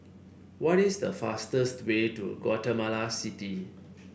what is the fastest way to Guatemala City